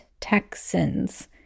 Texans